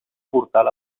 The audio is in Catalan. portal